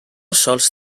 sols